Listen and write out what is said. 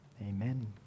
Amen